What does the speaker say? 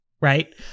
right